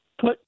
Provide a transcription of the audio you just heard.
put